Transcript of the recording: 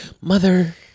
mother